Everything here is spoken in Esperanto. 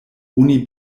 oni